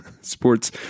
sports